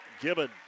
Gibbon